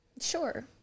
sure